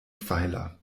pfeiler